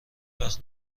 وقت